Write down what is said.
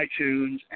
iTunes